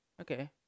Okay